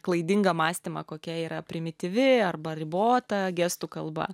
klaidingą mąstymą kokia yra primityvi arba ribota gestų kalba